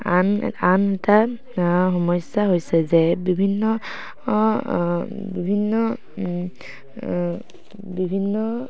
আন আন এটা সমস্যা হৈছে যে বিভিন্ন